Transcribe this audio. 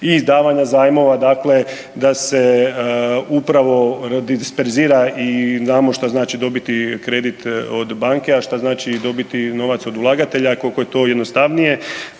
i davanja zajmova da se upravo disperzira i znamo šta znači dobiti kredit od banke, a šta znači dobiti novac od ulagatelja koliko je to jednostavnije.